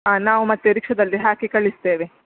ಹಾಂ ನಾವು ಮತ್ತೆ ರಿಕ್ಷಾದಲ್ಲಿ ಹಾಕಿ ಕಳಿಸ್ತೇವೆ